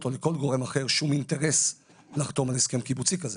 או לכל גורם אחר שום אינטרס לחתום על הסכם קיבוצי כזה,